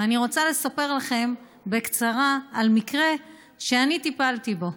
אני רוצה לספר לכם בקצרה על מקרה שאני טיפלתי בו.